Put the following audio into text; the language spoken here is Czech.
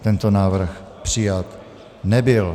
Tento návrh přijat nebyl.